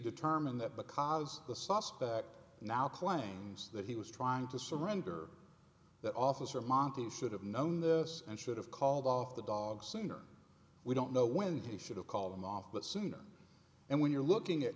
determined that because the suspect now claims that he was trying to surrender that officer monte should have known this and should have called off the dog sooner we don't know when he should have called them off but sooner and when you're looking at